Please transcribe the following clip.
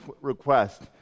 request